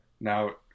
Now